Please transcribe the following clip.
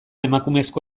emakumezko